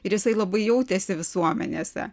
ir jisai labai jautėsi visuomenėse